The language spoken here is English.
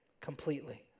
completely